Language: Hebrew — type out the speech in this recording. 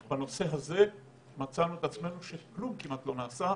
בנושא הזה מצאנו את עצמנו שכלום כמעט לא נעשה.